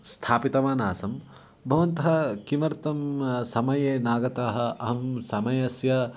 स्थापितवानासं भवन्तः किमर्थं समये नागतम् अहं समयस्य